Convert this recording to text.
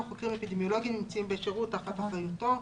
חוקרים אפידמיולוגיים נמצאים בשירות תחת אחריותו,